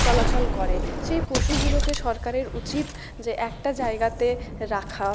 চলাচল করে সেই পশুগুলোকে সরকারের উচিত যে একটা জায়গাতে রাখা